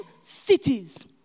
cities